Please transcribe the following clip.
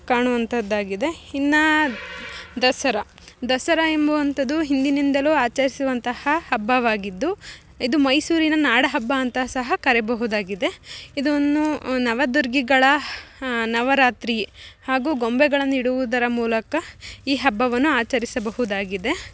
ಕಾಣುವಂಥದ್ದಾಗಿದೆ ಇನ್ನು ದಸರಾ ದಸರಾ ಎಂಬುವಂಥದು ಹಿಂದಿನಿಂದಲು ಆಚರಿಸುವಂತಹ ಹಬ್ಬವಾಗಿದ್ದು ಇದು ಮೈಸೂರಿನ ನಾಡ ಹಬ್ಬ ಅಂತ ಸಹ ಕರೆಯಬಹುದಾಗಿದೆ ಇದನ್ನು ನವದುರ್ಗಿಗಳ ನವರಾತ್ರಿ ಹಾಗು ಗೊಂಬೆಗಳನ್ನಿಡುವುದರ ಮೂಲಕ ಈ ಹಬ್ಬವನ್ನು ಆಚರಿಸಬಹುದಾಗಿದೆ